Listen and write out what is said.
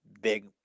big